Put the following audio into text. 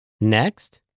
Next